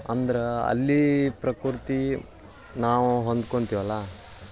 ಅಂದ್ರೆ ಅಲ್ಲಿ ಪ್ರಕೃತಿ ನಾವು ಹೊಂದ್ಕೊತಿವಲ್ಲ